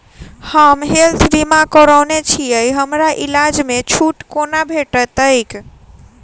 हम हेल्थ बीमा करौने छीयै हमरा इलाज मे छुट कोना भेटतैक?